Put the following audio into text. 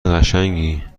قشنگی